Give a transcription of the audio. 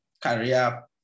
career